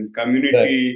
community